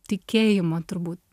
tikėjimo turbūt